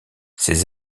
ses